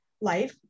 life